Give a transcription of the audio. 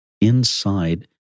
inside